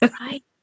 right